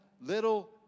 little